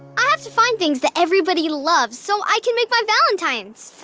i have to find things that everybody loves so i can make my valentines.